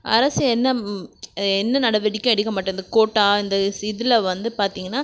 அரசு என்ன என்ன நடவடிக்கை எடுக்க மாட்டேன்து கோட்டா இந்த இதில் வந்து பார்த்திங்ன்னா